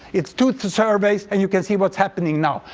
it's two surveys, and you can see what's happening now.